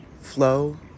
flow